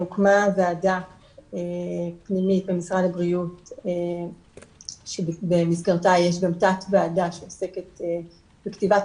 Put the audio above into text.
הוקמה ועדה פנימית במשרד הבריאות שבמסגרתה יש גם תת ועדה שעוסקת בכתיבת